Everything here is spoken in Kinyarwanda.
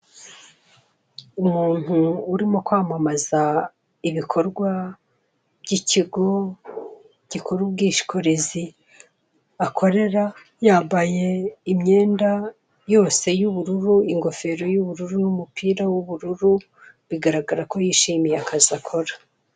Umuntu urimo kwamamaza ibikorwa by'ikigo gikora ubwikorezi akorera, yambaye imyenda yose y'ubururu, ingofero y'ubururu umupira w'ubururu bigaragara ko yishimiye akazi akora.